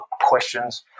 questions